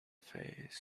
fays